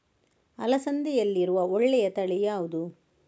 ಅಲಸಂದೆಯಲ್ಲಿರುವ ಒಳ್ಳೆಯ ತಳಿ ಯಾವ್ದು?